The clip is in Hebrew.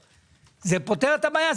האם זה פותר את הבעיה?